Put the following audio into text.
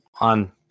on